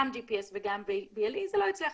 גם GPS וגם BLE, זה לא הצליח.